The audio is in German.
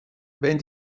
wenn